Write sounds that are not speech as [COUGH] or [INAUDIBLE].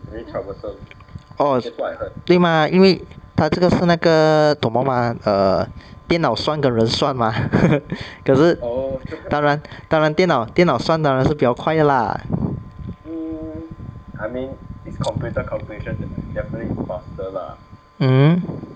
orh 对吗因为它这个是那个什么吗 err 电脑算跟人算 mah [LAUGHS] 可是当然当然电脑电脑算当然是比较快 lah mmhmm